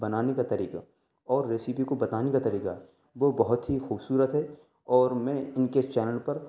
بنانے کا طریقہ اور ریسپی کو بتانے کا طریقہ وہ بہت ہی خوبصورت ہے اور میں ان کے چینل پر